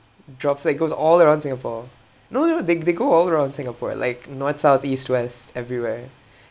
drops like goes all around singapore no they will they they go all around in singapore like north south east west everywhere